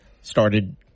started